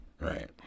right